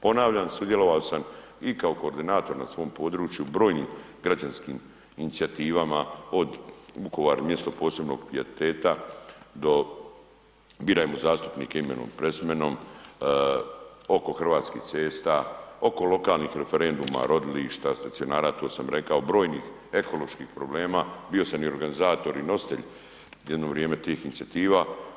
Ponavljam, sudjelovao sam i kao koordinator na svom području brojnim građanskim inicijativama od „Vukovar, mjesto posebnog pijeteta“ do „Birajmo zastupnike imenom i prezimenom“, oko hrvatskih cesta, oko lokalnih referenduma, rodilišta, stacionara to sam rekao, brojnih ekoloških problema, bio sam i organizator i nositelj jedno vrijeme tih inicijativa.